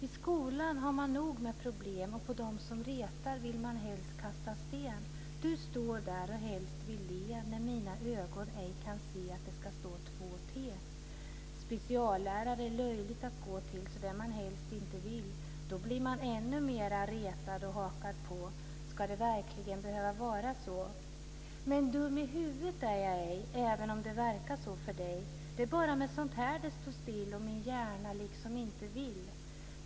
I skolan har man nog med problem och på dem som retar vill man helst kasta sten. Du står där och helst vill le när mina ögon ej kan se att det ska stå två t. Speciallärare är löjligt att gå till så det man helst inte vill. Då blir man mera retad och hakad på. Ska det verkligen behöva vara så? Men dum i huvudet är jag ej även om det verkar så för dig. Det är bara med sånt här det står still, och min hjärna inte vill.